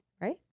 right